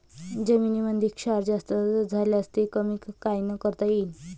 जमीनीमंदी क्षार जास्त झाल्यास ते कमी कायनं करता येईन?